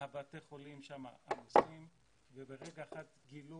שבתי החולים שם עמוסים וברגע אחד גילו